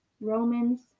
romans